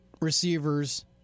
receivers